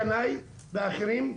ינאי ואחרים,